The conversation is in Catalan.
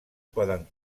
poden